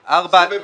זה בבית המשפט?